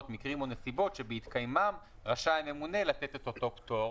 מקרים או נסיבות שבהתקיימם רשאי הממונה לתת את אותו פטור.